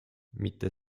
mitte